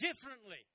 differently